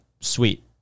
sweet